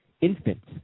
infants